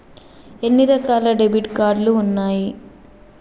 ఎన్ని రకాల debit card ఉన్నాయి?